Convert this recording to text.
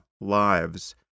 lives